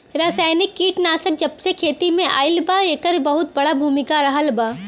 रासायनिक कीटनाशक जबसे खेती में आईल बा येकर बहुत बड़ा भूमिका रहलबा